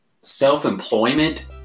self-employment